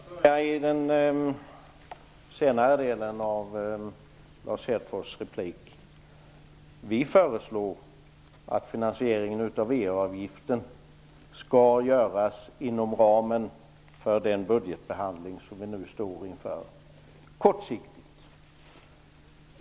Fru talman! Jag börjar i den senare delen av Lars Vi föreslår att finansieringen av EU-avgiften kortsiktigt skall göras inom ramen för den budgetbehandling som vi nu står inför.